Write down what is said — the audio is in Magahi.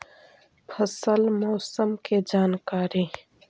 फसल मौसम के जानकारी?